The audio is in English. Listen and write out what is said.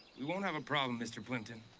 we won't have a problem, mr. plimpton.